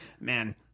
man